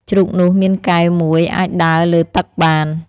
ជ្រូកនោះមានកែវមួយអាចដើរលើទឹកបាន។